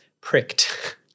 pricked